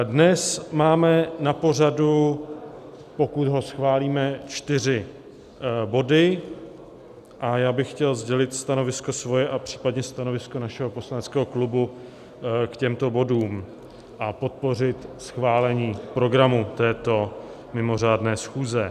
Dnes máme na pořadu, pokud ho schválíme, čtyři body a já bych chtěl sdělit stanovisko svoje a případně stanovisko našeho poslaneckého klubu k těmto bodům a podpořit schválení programu této mimořádné schůze.